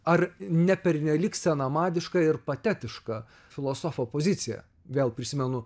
ar ne pernelyg senamadiška ir patetiška filosofo pozicija vėl prisimenu